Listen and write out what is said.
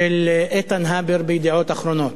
איתן הבר ב"ידיעות אחרונות"